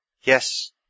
Yes